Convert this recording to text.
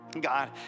God